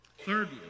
Thirdly